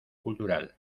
cultural